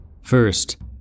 first